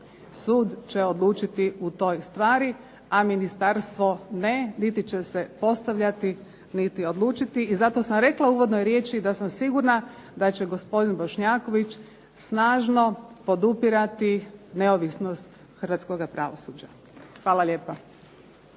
Sud će odlučiti u toj stvari, a ministarstvo ne niti će se postavljati niti odlučiti. I zato sam rekla u uvodnoj riječi da sam sigurna da će gospodin Bošnjaković snažno podupirati neovisnost hrvatskoga pravosuđa. Hvala lijepa.